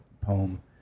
poem